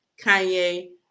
Kanye